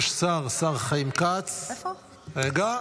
זה חייב להיות גדול.